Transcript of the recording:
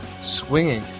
swinging